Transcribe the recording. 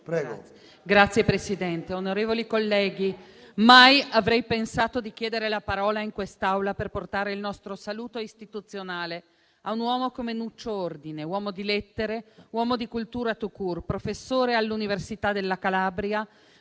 Signor Presidente, onorevoli colleghi, mai avrei pensato di chiedere la parola in quest'Aula per portare il nostro saluto istituzionale a un uomo come Nuccio Ordine, uomo di lettere, uomo di cultura *tout court*, professore all'Università della Calabria